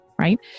right